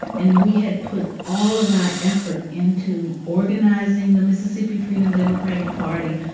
and we had put all of our effort into organizing the mississippi freedom democratic party,